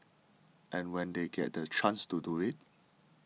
and when they get the chance to do it